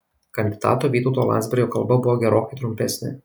kandidato vytauto landsbergio kalba buvo gerokai trumpesnė